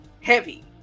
heavy